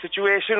situation